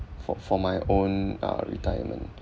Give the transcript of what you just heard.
for for my own uh retirement